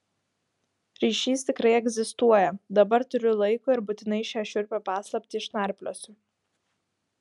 ryšys tikrai egzistuoja dabar turiu laiko ir būtinai šią šiurpią paslaptį išnarpliosiu